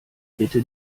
bitte